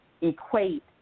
equate